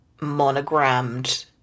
monogrammed